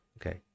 Okay